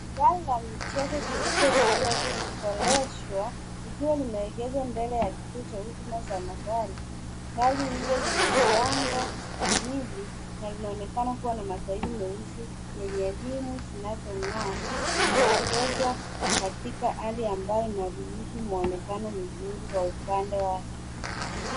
Gari la michezo jeupe lililoboresha ikiwa limeegezwa mbele ya kituo cha huduma za magari. gari hilo lina mlango miwili na linaonekana kuwa na mataili meusi yenye rimu zinazong'aa limeegezwa katika hali ambayo inaruhusu mwonekano mzuri wa upande wake.